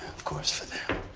of course for them.